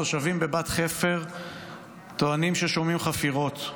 תושבים בבת חפר טוענים ששומעים חפירות,